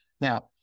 Now